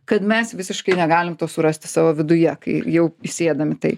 kad mes visiškai negalim to surasti savo viduje kai jau įsėdam į tai